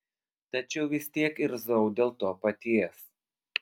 tačiau vis tiek irzau dėl to paties